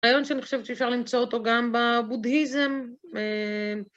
רעיון שאני חושבת שאפשר למצוא אותו גם בבודהיזם.